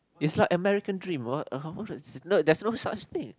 is like American dream what no there's no such thing